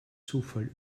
zufall